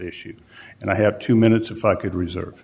issue and i have two minutes if i could reserve